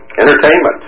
entertainment